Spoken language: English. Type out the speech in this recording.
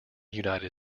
united